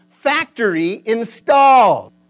factory-installed